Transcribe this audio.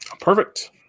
Perfect